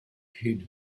hid